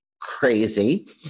crazy